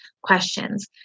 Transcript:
questions